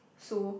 so